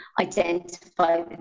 identify